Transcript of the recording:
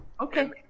Okay